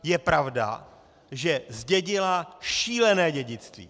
Je pravda, že zdědila šílené dědictví.